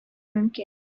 мөмкин